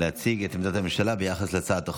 להציג את עמדת הממשלה ביחס להצעת החוק.